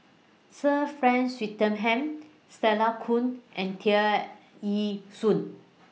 Sir Frank Swettenham Stella Kon and Tear Ee Soon